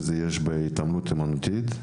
שיש בהתעמלות אומנותית,